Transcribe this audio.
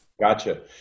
Gotcha